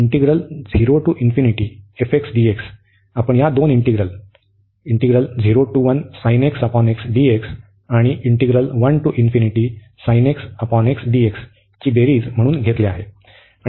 तर आपण या दोन इंटिग्रल आणि ची बेरीज म्हणून लिहिले आहे